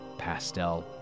pastel